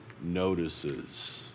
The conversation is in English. notices